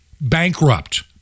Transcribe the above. bankrupt